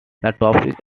topics